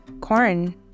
corn